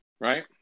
right